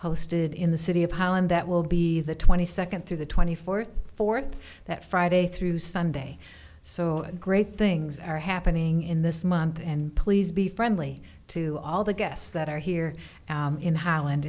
hosted in the city of holland that will be the twenty second through the twenty fourth fourth that friday through sunday so great things are happening in this month and please be friendly to all the guests that are here in holland